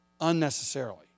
unnecessarily